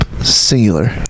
singular